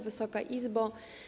Wysoka Izbo!